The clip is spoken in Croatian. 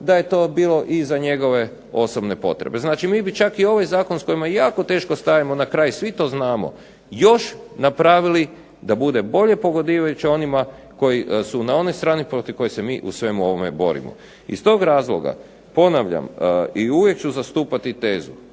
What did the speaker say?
da je to bilo i za njegove osobne potrebe. Znači, mi bi čak i ovaj zakon s kojim jako teško stajemo na kraj, svi to znamo, još napravili da bude bolje pogodujući onima koji su na onoj strani protiv koje se mi u svemu ovome borimo. Iz tog razloga ponavljam i uvijek ću zastupati tezu,